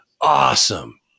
awesome